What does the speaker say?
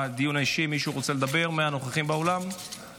מישהו מהנוכחים באולם רוצה לדבר בדיון האישי?